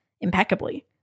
impeccably